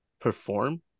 perform